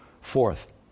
Fourth